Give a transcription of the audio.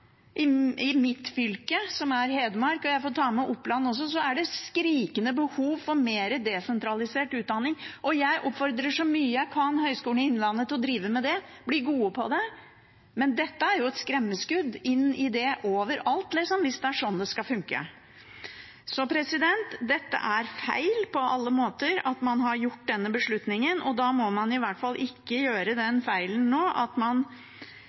I mitt fylke, Hedmark, og jeg får ta med Oppland også, er det skrikende behov for mer desentralisert utdanning, og jeg oppfordrer så sterkt jeg kan Høgskolen i Innlandet til å drive med det og bli gode på det. Men dette er jo et skremmeskudd overalt – hvis det er sånn det skal funke. Det er på alle måter feil at man har tatt denne beslutningen, og da må man i hvert fall ikke nå gjøre den feilen at man